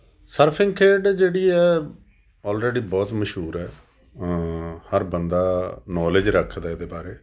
surfing ਖੇਡ ਜਿਹੜੀ ਆ ਔਲਰੇਡੀ ਬਹੁਤ ਮਸ਼ਹੂਰ ਹੈ ਹਰ ਬੰਦਾ ਨੌਲੇਜ ਰੱਖਦਾ ਇਹਦੇ ਬਾਰੇ